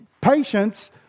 Patience